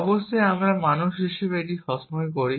অবশ্যই আমরা মানুষ হিসাবে এটি সব সময় করি